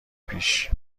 پیش